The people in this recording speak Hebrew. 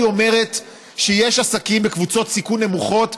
היא אומרת שיש עסקים בקבוצות סיכון נמוכות,